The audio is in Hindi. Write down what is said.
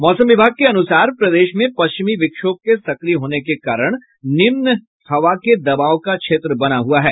मौसम विभाग के अनुसार प्रदेश में पश्चिमी विक्षोभ के सक्रिय होने के कारण निम्न हवा के दबाव का क्षेत्र बना हुआ है